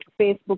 Facebook